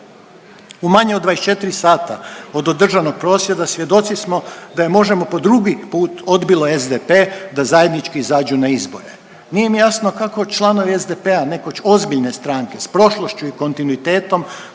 U manje od 24 sata od održanog prosvjeda svjedoci smo da je MOŽEMO po drugi put odbilo SDP da zajednički izađu na izbore. Nije mi jasno kako članovi SDP-a nekoć ozbiljne stranke sa prošlošću i kontinuitetom